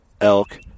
elk